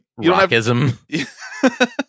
rockism